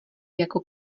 jako